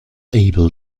able